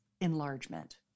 enlargement